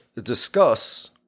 discuss